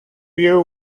you